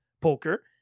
poker